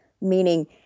meaning